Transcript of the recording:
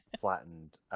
flattened